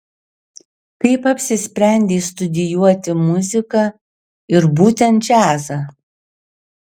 kaip apsisprendei studijuoti muziką ir būtent džiazą